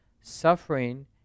suffering